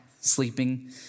sleeping